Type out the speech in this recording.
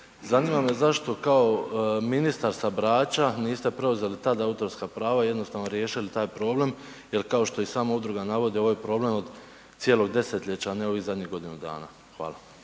Zanima me zašto kao ministar sa Brača niste preuzeli tada autorska prava i jednostavno riješili taj problem jer kao što i sama udruga navodi ovo je problem od cijelog desetljeća, a ne ovih zadnjih godinu dana. Hvala.